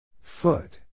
Foot